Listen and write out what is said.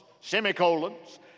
semicolons